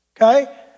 okay